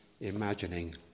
imagining